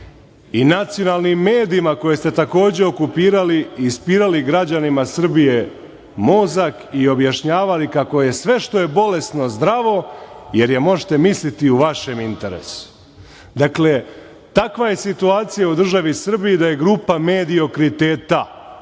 i nacionalnim medijima, koje ste takođe okupirali i ispirali građanima Srbije mozak i objašnjavali kako je sve što je bolesno zdravo, jer je, možete misliti, u vašem interesu? Dakle, takva je situacija u državi Srbiji da je grupa mediokriteta,